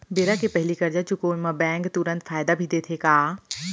बेरा के पहिली करजा चुकोय म बैंक तुरंत फायदा भी देथे का?